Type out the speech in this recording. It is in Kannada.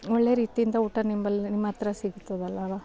ಒಳ್ಳೆಯ ರೀತಿಯಿಂದ ಊಟ ನಿಮ್ಮಲ್ಲಿ ನಿಮ್ಮ ಹತ್ರ ಸಿಗ್ತದಲ್ಲವಾ